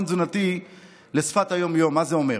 תזונתי" לשפת היום-יום ונבין מה זה אומר: